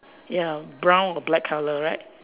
ya brown or black color right